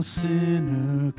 sinner